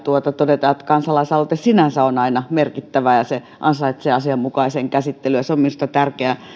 todeta että kansalaisaloite sinänsä on aina merkittävä ja se ansaitsee asianmukaisen käsittelyn ja se on minusta tärkeä